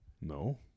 No